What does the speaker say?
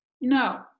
No